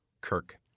Kirk